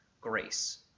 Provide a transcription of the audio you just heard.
Grace